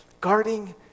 guarding